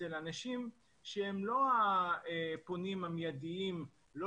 אצל אנשים שהם לא הפונים המידיים לא